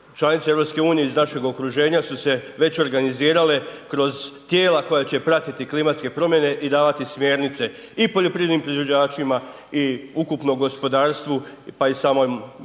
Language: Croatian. članice EU iz našeg okruženja su se već organizirale kroz tijela koja će pratiti klimatske promjene i davati smjernice i poljoprivrednim proizvođačima i ukupnom gospodarstvu pa i samim